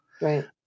Right